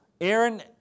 Aaron